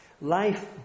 Life